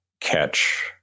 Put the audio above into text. catch